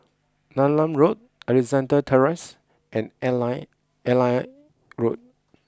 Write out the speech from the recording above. Neram Road Alexandra Terrace and Airline Airline Road